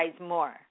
more